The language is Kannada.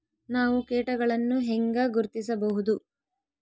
ನಾವು ಕೇಟಗಳನ್ನು ಹೆಂಗ ಗುರ್ತಿಸಬಹುದು?